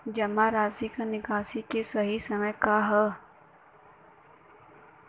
जमा राशि क निकासी के सही समय का ह?